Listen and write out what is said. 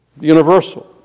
universal